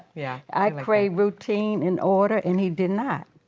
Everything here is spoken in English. yeah. i crave routine and order and he did not.